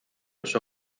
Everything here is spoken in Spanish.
los